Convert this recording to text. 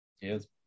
Yes